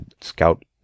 scout